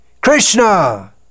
Krishna